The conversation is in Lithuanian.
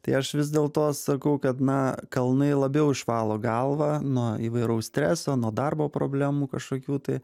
tai aš vis dėlto sakau kad na kalnai labiau išvalo galvą nuo įvairaus streso nuo darbo problemų kažkokių tai